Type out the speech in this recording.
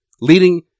leading